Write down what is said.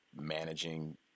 managing